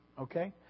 okay